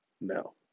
No